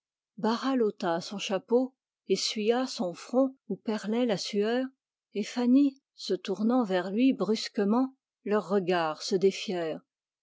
barral ôta son chapeau essuya son front où perlait la sueur et fanny se tournant vers lui brusquement leurs regards se